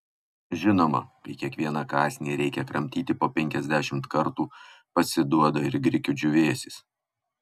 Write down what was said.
žinoma kai kiekvieną kąsnį reikia kramtyti po penkiasdešimt kartų pasiduoda ir grikių džiūvėsis